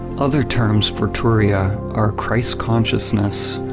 other terms for turiya are christ consciousness,